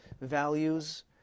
values